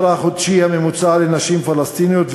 החודשי הממוצע לנשים פלסטיניות ויהודיות.